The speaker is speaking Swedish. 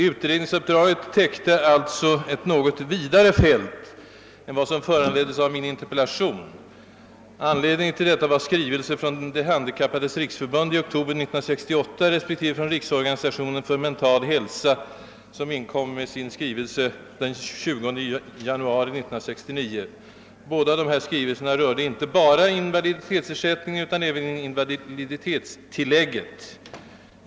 Utredningsuppdraget täckte alltså ett något vidare fält än vad som föranleddes av min interpellation. Anledningen till detta var dels en skrivelse från De handikappades riksförbund i oktober 1968, dels en skrivelse från Riksorganisationen för mental hälsa, som inkom den 20 januari 1969. Båda dessa skrivelser rörde inte bara invaliditetsersättningen utan även invaliditetstillägget.